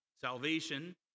Salvation